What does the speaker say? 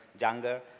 younger